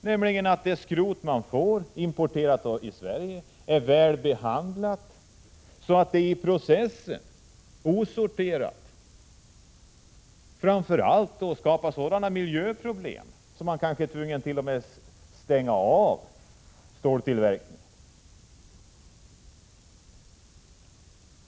Det importerade skrotet måste vara väl behandlat så att det osorterat inte skapar sådana miljöproblem i processen att man kanske t.o.m. blir tvungen att stänga av ståltillverkningen.